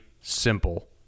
simple